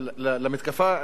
בעיתוי מסוים,